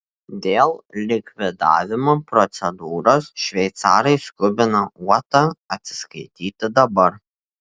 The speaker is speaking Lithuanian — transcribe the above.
dėl likvidavimo procedūros šveicarai skubina uotą atsiskaityti dabar